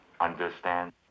Understand